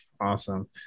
awesome